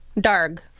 Darg